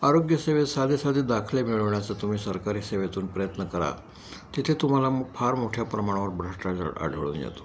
आरोग्यसेवेत साधे साधे दाखले मिळवण्याचा तुम्ही सरकारी सेवेतून प्रयत्न करा तिथे तुम्हाला मग फार मोठ्या प्रमाणावर भ्रष्टाचार आढळून येतो